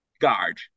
guard